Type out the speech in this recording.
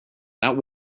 that